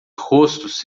rostos